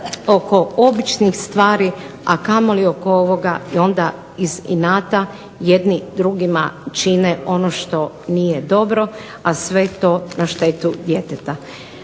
oko običnih stvari, a kamoli oko ovoga i onda iz inata jedni drugima čine ono što nije dobro, a sve to na štetu djeteta.